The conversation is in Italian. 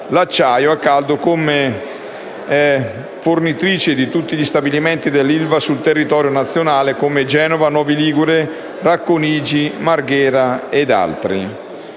l'acciaio a caldo e l'azienda è fornitrice di tutti gli stabilimenti dell'ILVA sul territorio nazionale: Genova, Novi Ligure, Racconigi, Marghera ed altri.